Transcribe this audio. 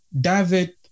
David